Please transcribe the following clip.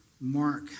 Mark